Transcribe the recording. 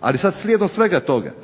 Ali sada slijedom svega toga